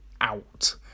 out